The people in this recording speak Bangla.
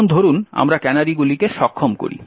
এখন ধরুন আমরা ক্যানারিগুলিকে সক্ষম করি